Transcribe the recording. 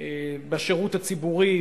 בשירות הציבורי,